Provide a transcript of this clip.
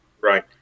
Right